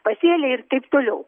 pasėliai ir taip toliau